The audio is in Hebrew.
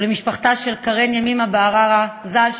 ולמשפחתה של קארן ימימה מוסקרה ז"ל,